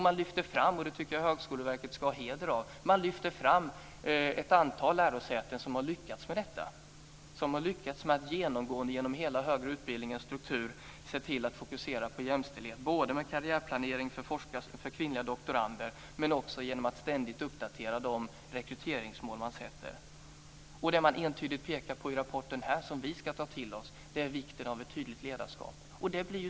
Jag tycker att Högskoleverket ska ha heder av att man lyfter fram ett antal lärosäten som har lyckats med detta, och som har lyckats med att genom hela den högre utbildningens struktur se till att fokusera på jämställdhet både med karriärplanering för kvinnliga doktorander och genom att ständigt uppdatera de rekryteringsmål man sätter. Det man entydigt pekar på i rapporten, som vi ska ta till oss, är vikten av ett tydligt ledarskap.